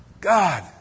God